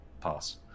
pass